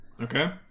Okay